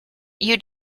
you